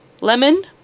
Lemon